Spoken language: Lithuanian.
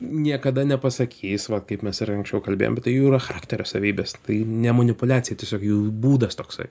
niekada nepasakys va kaip mes ir anksčiau kalbėjom bet tai jų yra charakterio savybės tai ne manipuliacija tiesiog jų būdas toksai